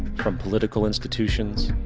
from political institutions,